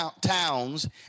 towns